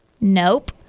nope